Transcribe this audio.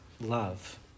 love